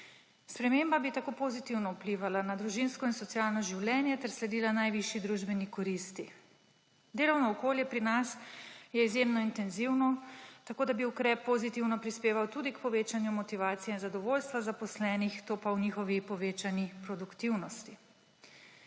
Sprememba bi tako pozitivno vplivala na družinsko in socialno življenje ter sledila najvišji družbeni koristi. Delovno okolje pri nas je izjemno intenzivno, tako da bi ukrep pozitivno prispeval tudi k povečanju motivacije in zadovoljstva zaposlenih, to pa v njihovi povečani produktivnosti.